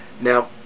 Now